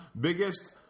biggest